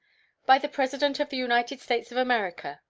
by the president of the united states of america.